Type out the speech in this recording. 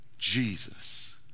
jesus